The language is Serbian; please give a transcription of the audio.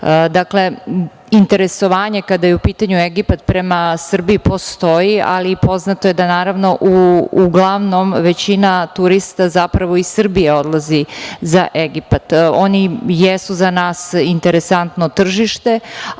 zemlje. Dakle, interesovanje kada je u pitanju Egipat prema Srbiji postoji, ali poznato je da uglavnom većina turista zapravo iz Srbije odlazi za Egipat. Oni jesu za nas interesantno tržište,